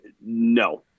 no